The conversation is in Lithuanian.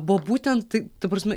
buvo būtent ta prasme